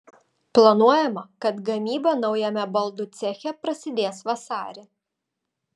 planuojama kad gamyba naujame baldų ceche prasidės vasarį